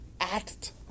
Act